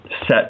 set